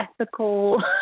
ethical